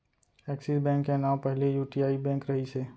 axis bank के नांव पहिली यूटीआई बेंक रहिस हे